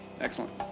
Excellent